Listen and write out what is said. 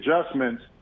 adjustments